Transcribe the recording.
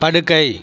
படுக்கை